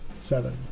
Seven